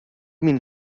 min